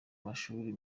mashuri